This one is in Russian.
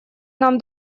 нам